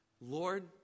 Lord